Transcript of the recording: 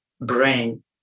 brain